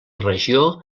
regió